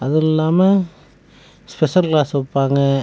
அது இல்லாமல் special class வைப்பாங்க